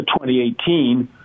2018